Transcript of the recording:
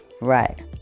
right